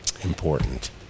important